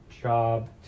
job